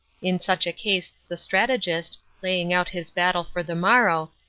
in such a case the strategist, laying out his battle for the morrow,